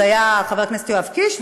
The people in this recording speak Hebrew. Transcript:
זה היה חבר הכנסת יואב קיש,